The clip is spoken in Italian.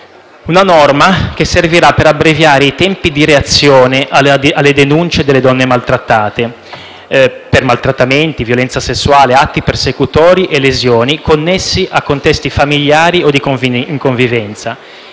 una norma che servirà ad abbreviare i tempi di reazione alle denunce delle donne per maltrattamenti, violenza sessuale, atti persecutori e lesioni connessi a contesti familiari o di convivenza.